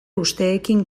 usteekin